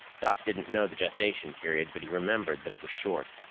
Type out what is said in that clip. doc didn't know the gestation period, but he remembered that it was short.